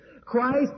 Christ